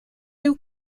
new